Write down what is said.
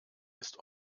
ist